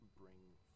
bring